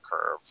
curve